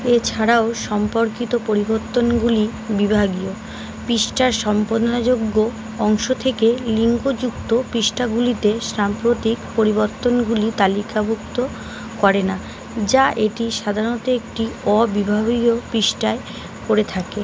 এছাড়াও সম্পর্কিত পরিবর্তনগুলি বিভাগীয় পৃষ্ঠার সম্পদনাযোগ্য অংশ থেকে লিঙ্কযুক্ত পৃষ্ঠাগুলিতে সাম্প্রতিক পরিবর্তনগুলি তালিকাভুক্ত করে না যা এটি সাধারণত একটি অ বিভাগীয় পৃষ্ঠায় করে থাকে